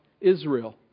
Israel